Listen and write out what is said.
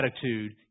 attitude